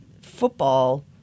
Football